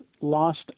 lost